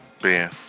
Ben